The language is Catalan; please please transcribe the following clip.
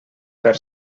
per